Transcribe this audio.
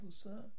sir